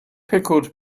pickled